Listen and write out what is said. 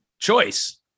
Choice